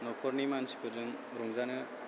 न'खरनि मानसिफोरजों रंजानो